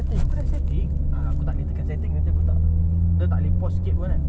aku dah setting ah aku tak boleh tekan setting nanti aku tak kita tak boleh pause sikit pun kan